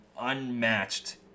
unmatched